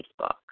Facebook